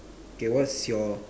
okay what's your